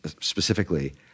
specifically